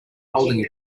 holding